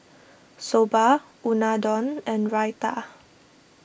Soba Unadon and Raita